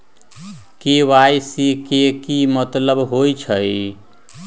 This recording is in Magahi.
के.वाई.सी के कि मतलब होइछइ?